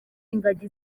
ingagi